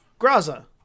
Graza